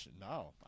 No